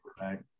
Right